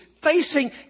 facing